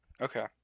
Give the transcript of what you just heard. Okay